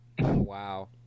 Wow